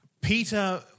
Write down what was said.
Peter